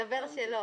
מסתבר שלא.